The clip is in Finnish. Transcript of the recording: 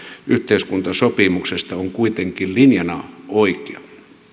yhteiskuntasopimuksesta on kuitenkin linjana oikea